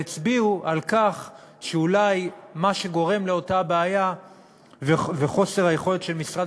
והצביעו על כך שאולי מה שגורם לאותה בעיה ולחוסר היכולת של משרד